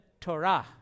Torah